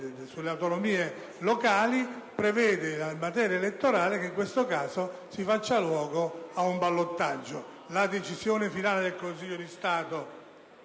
sulle autonomie locali prevede in materia elettorale che in questo caso si faccia luogo a un ballottaggio. La decisione finale del Consiglio di Stato